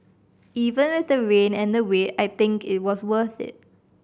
even with the rain and the wait I think it was worth it